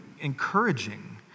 encouraging